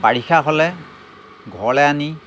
বাৰিষা হ'লে ঘৰলৈ আনি